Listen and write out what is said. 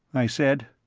i said.